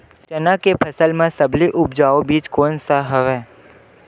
चना के फसल म सबले उपजाऊ बीज कोन स हवय?